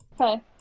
Okay